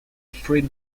three